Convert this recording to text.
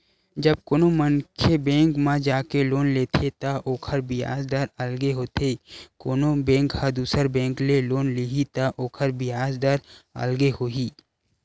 जब कोनो मनखे बेंक म जाके लोन लेथे त ओखर बियाज दर अलगे होथे कोनो बेंक ह दुसर बेंक ले लोन लिही त ओखर बियाज दर अलगे होही